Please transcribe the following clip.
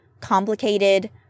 complicated